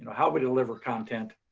how we deliver content